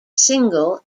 single